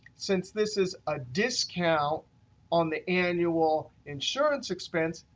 since this is a discount on the annual insurance expense,